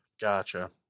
Gotcha